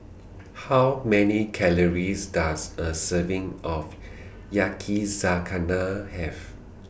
How Many Calories Does A Serving of Yakizakana Have